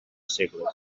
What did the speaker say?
segles